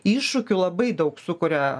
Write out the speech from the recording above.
iššūkių labai daug sukuria